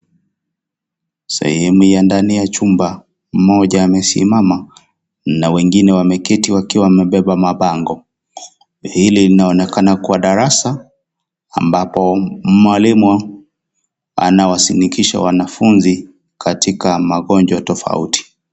Sehemu ya ndani ya chumba, mmoja amesimama na wengine wameketi wakiwa wamebeba mabango. Hili linaonekana kuwa darasa ambapo mwalimu anawasinikisha wanafunzi katika magonjwa tofauti.